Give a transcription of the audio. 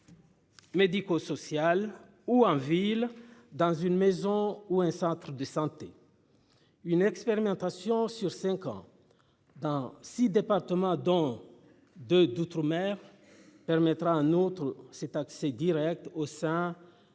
Médico-médico-social ou en ville, dans une maison ou un centre de santé. Une expérimentation sur 5 ans. Dans 6 départements, dont 2 d'outre-mer permettra un autre cet accès Direct au sein